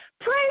Pray